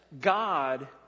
God